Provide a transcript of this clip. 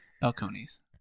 balconies